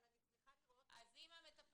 אבל אני צריכה לראות --- אז אם המטפלות